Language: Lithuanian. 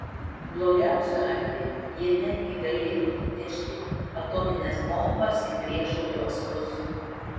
blogiausiu atveju jie netgi galėtų nunešti atomines bombas į priešo uostus